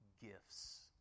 gifts